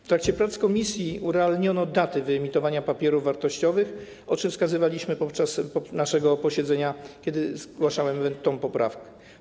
W trakcie prac komisji urealniono daty wyemitowania papierów wartościowych, na co wskazywaliśmy podczas naszego posiedzenia, kiedy zgłaszałem te poprawkę.